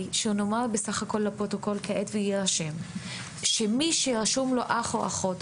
שנאמר לפרוטוקול ושזה יירשם שמי שרשום לו אח או אחות,